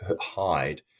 hide